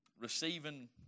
receiving